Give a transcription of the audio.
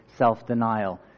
self-denial